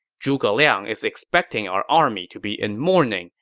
zhuge liang is expecting our army to be in mourning,